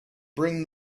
bring